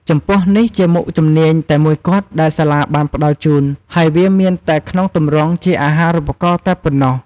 ចំពោះនេះជាមុខជំនាញតែមួយគត់ដែលសាលាបានផ្ដល់ជូនហើយវាមានតែក្នុងទម្រង់ជា អាហារូបករណ៍ តែប៉ុណ្ណោះ។